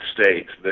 States